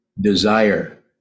desire